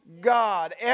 God